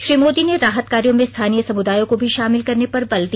श्री मोदी ने राहत कार्यो में स्थानीय समुदायों को भी शामिल करने पर बल दिया